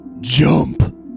jump